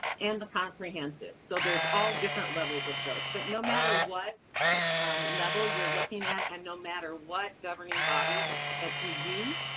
and the comprehensive. so there's all different levels of those, but no matter what level you're looking at and no matter what governing body that you use,